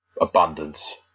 abundance